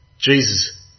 Jesus